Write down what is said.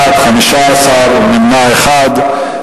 בעד, 15, נמנע אחד.